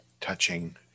touching